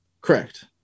Correct